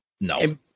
no